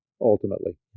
ultimately